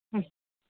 ಹ್ಞೂ